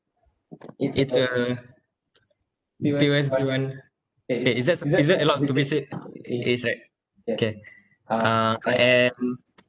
it's a P_O_S_B one eh is that is that allowed to be said it is right okay uh and